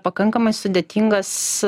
pakankamai sudėtingas